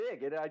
big